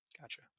Gotcha